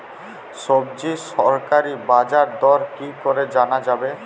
সবজির সরকারি বাজার দর কি করে জানা যাবে?